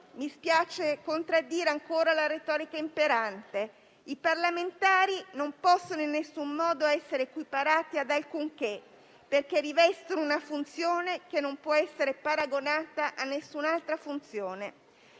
Mi spiace poi contraddire ancora la retorica imperante: i parlamentari non possono in alcun modo essere equiparati ad alcunché, perché rivestono una funzione che non può essere paragonata ad alcun'altra funzione;